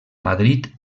madrid